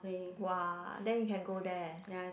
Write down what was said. !woah! then you can go there